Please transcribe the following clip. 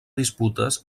disputes